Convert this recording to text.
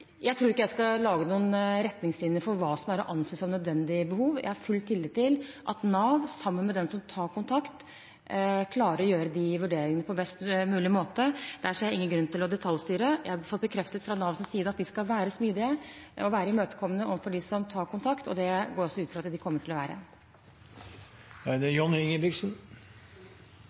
hva som anses for å være nødvendige behov. Jeg har full tillit til at Nav, sammen med den som tar kontakt, klarer å gjøre de vurderingene på best mulig måte. Jeg ser ingen grunn til å detaljstyre. Jeg har fått bekreftet fra Navs side at de skal være smidige og imøtekommende overfor dem som tar kontakt, og det går jeg ut fra at de kommer til å være. Da jeg startet i politikken, ble jeg fortalt at demokrati koster. Underveis har jeg fått lære at det